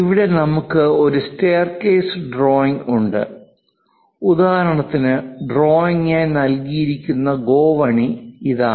ഇവിടെ നമുക്ക് ഒരു സ്റ്റെയർകേസ് ഡ്രോയിംഗ് ഉണ്ട് ഉദാഹരണത്തിന് ഡ്രോയിംഗായി നൽകിയിരിക്കുന്ന ഗോവണി ഇതാണ്